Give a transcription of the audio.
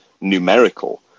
numerical